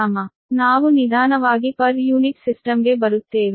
ನಾವು ನಿಧಾನವಾಗಿ ಪ್ರತಿ ಯೂನಿಟ್ ಸಿಸ್ಟಮ್ಗೆ ಬರುತ್ತೇವೆ